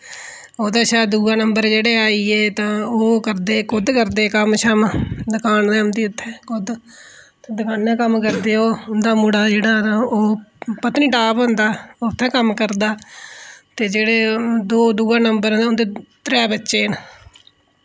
ओह्दे शा दुआ नंबर जेह्ड़े आई गे तां ओह् करदे कुद्ध करदे कम्म शम्म दुकान ऐ उं'दी उत्थै कुद्ध ते दकान्ना कम्म करदे ओह् उं'दा मुड़ा जेह्ड़ा तां ओह् पत्नीटाप होंदा उत्थै कम्म करदा ते जेह्ड़े दो दुआ नंबर ते उं'दे त्रै बच्चे न